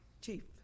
Chief